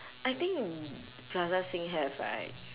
I think plaza sing have right